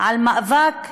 על מאבק שאי-אפשר,